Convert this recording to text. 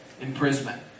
imprisonment